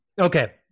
Okay